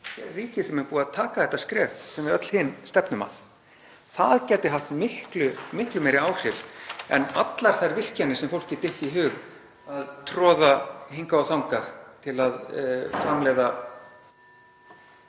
ríki sem er búið að taka þetta skref sem við öll hin stefnum að. Það gæti haft miklu meiri áhrif en allar þær virkjanir sem fólki dytti í hug að troða hingað og þangað til að framleiða